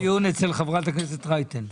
זה היה דיון אצל חברת הכנסת רייטן.